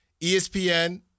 ESPN